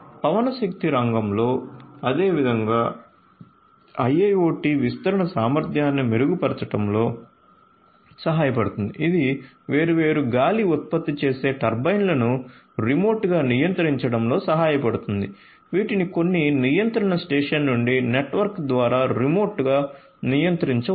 పవన శక్తి రంగంలో అదేవిధంగా IIoT విస్తరణ సామర్థ్యాన్ని మెరుగుపరచడంలో సహాయపడుతుంది ఇది వేర్వేరు గాలి ఉత్పత్తి చేసే టర్బైన్లను రిమోట్గా నియంత్రించడంలో సహాయపడుతుంది వీటిని కొన్ని నియంత్రణ స్టేషన్ నుండి నెట్వర్క్ ద్వారా రిమోట్గా నియంత్రించవచ్చు